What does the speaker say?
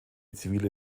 zivile